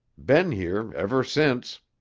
been here ever since.